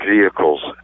vehicles